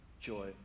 joy